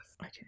Okay